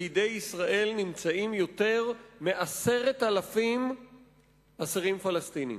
בידי ישראל נמצאים יותר מ-10,000 אסירים פלסטינים.